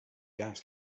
gas